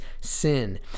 sin